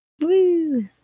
Woo